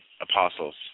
apostles